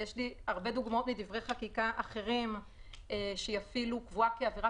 יש לי הרבה דוגמאות מדברי חקיקה אחרים שקבועות כעבירה